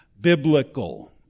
biblical